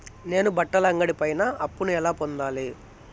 నేను బట్టల అంగడి పైన అప్పును ఎలా పొందాలి?